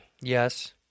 Yes